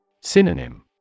Synonym